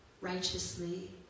righteously